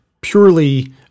purely